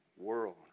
world